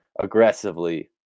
aggressively